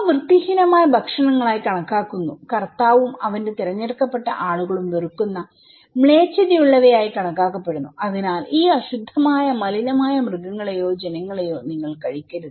അവ വൃത്തിഹീനമായ ഭക്ഷണങ്ങളായി കണക്കാക്കുന്നു കർത്താവും അവന്റെ തിരഞ്ഞെടുക്കപ്പെട്ട ആളുകളും വെറുക്കുന്ന മ്ലേച്ഛതയുള്ളവയായി കണക്കാക്കപ്പെടുന്നു അതിനാൽ ഈ അശുദ്ധമായ മലിനമായ മൃഗങ്ങളെയോ ഇനങ്ങളെയോ നിങ്ങൾ കഴിക്കരുത്